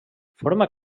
forma